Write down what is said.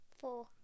Four